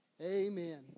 Amen